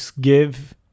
give